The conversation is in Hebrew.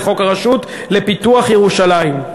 לחוק הרשות לפיתוח ירושלים,